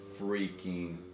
freaking